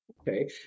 Okay